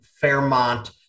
Fairmont